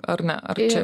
ar ne ar čia